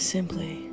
Simply